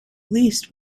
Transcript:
least